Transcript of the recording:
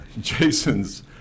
Jason's